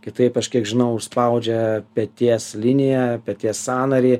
kitaip aš kiek žinau užspaudžia peties liniją peties sąnarį